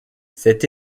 cette